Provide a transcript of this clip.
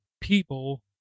people